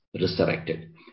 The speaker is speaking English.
resurrected